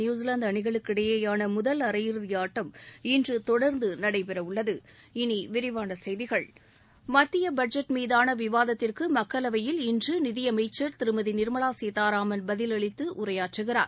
New Zealand அணிகளுக்கிடையிலான முதல் அரையிறுதி ஆட்டம் இன்று தொடர்ந்து நடைபெற உள்ளது இனி விரிவான செய்திகள் மத்திய பட்ஜெட் மீதான விவாதத்திற்கு மக்களவையில் இன்று நிதியமைச்சா் திருமதி நிாமலா சீதாராமன் பதிலளித்து உரையாற்றுகிறார்